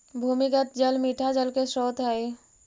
भूमिगत जल मीठा जल के स्रोत हई